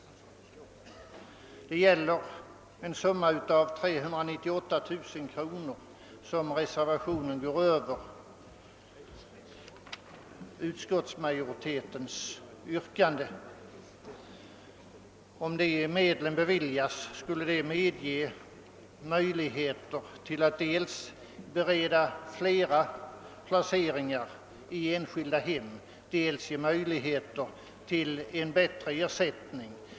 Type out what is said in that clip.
Det gäller en summa av 398 000 kr., varmed yrkandet i reservationen överstiger utskottsmajori skulle det medge möjligheter till att dels bereda flera placeringar i enskilda hem, dels ge möjligheter till en bättre ersättning.